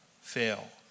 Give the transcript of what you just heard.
fail